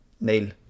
Neil